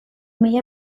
mila